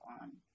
on